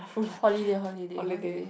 holiday holiday holiday